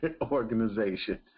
organization